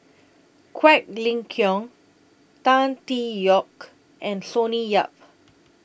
Quek Ling Kiong Tan Tee Yoke and Sonny Yap